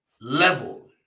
level